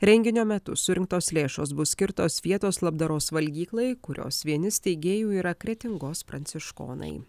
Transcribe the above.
renginio metu surinktos lėšos bus skirtos vietos labdaros valgyklai kurios vieni steigėjų yra kretingos pranciškonai